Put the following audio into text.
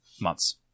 months